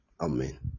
amen